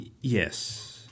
Yes